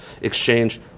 exchange